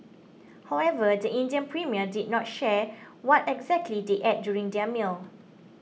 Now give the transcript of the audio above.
however the Indian Premier did not share what exactly they ate during their meal